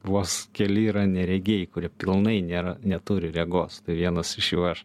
vos keli yra neregiai kurie pilnai nėra neturi regos tai vienas iš jų aš